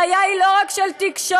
הבעיה היא לא רק של תקשורת,